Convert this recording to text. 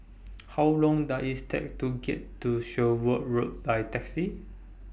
How Long Does IT Take to get to Sherwood Road By Taxi